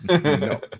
No